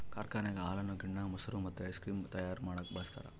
ಕಾರ್ಖಾನೆಗ ಹಾಲನ್ನು ಗಿಣ್ಣ, ಮೊಸರು ಮತ್ತೆ ಐಸ್ ಕ್ರೀಮ್ ತಯಾರ ಮಾಡಕ ಬಳಸ್ತಾರ